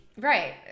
Right